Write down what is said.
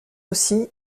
aussi